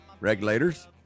regulators